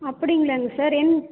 அப்படிங்களாங்க sir என்